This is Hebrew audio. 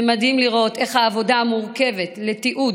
זה מדהים לראות איך בעבודה המורכבת לתיעוד